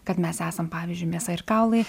kad mes esam pavyzdžiui mėsa ir kaulai